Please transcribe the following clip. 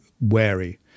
wary